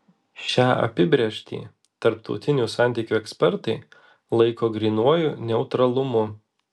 šią apibrėžtį tarptautinių santykių ekspertai laiko grynuoju neutralumu